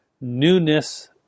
newness